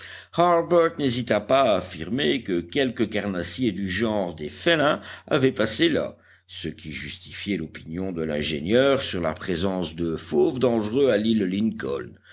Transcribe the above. n'hésita pas à affirmer que quelque carnassier du genre des félins avait passé là ce qui justifiait l'opinion de l'ingénieur sur la présence de fauves dangereux à l'île lincoln